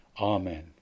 Amen